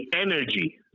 energy